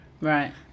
Right